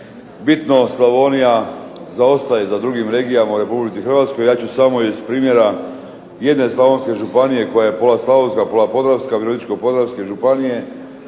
bitno Slavonija zaostaje za drugim regijama u Republici Hrvatskoj. Ja ću samo iz primjera jedne slavonske županije, koja je pola slavonska, pola podravska, Virovitičko-podravske županije,